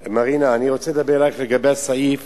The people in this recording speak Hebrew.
מרינה, אני רוצה לדבר אלייך לגבי הסעיף